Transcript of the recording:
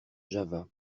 java